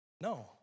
No